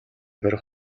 барих